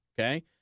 Okay